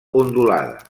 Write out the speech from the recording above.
ondulada